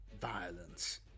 violence